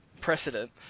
precedent